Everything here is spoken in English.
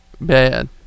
Bad